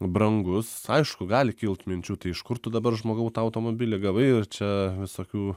brangus aišku gali kilt minčių iš kur tu dabar žmogau tą automobilį gavai ir čia visokių